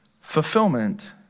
fulfillment